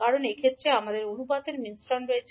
কারণ এক্ষেত্রে আমাদের অনুপাতের সংমিশ্রণ রয়েছে